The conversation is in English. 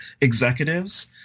executives